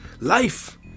life